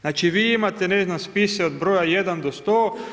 Znači vi imate ne znam spise od broja 1. do 100.